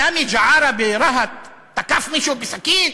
סאמי אל-ג'עאר ברהט תקף מישהו בסכין?